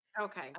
Okay